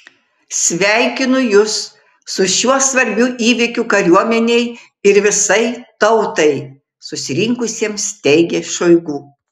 sveikinu jus su šiuo svarbiu įvykiu kariuomenei ir visai tautai susirinkusiems teigė šoigu